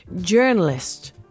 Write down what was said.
Journalist